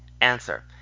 Answer